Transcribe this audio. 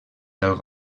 del